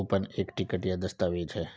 coupon एक ticket या दस्तावेज़ है